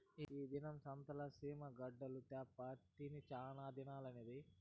ఈ దినం సంతల సీమ గడ్డలు తేప్పా తిని సానాదినాలైనాది